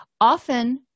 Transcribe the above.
often